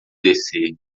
descer